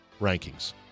rankings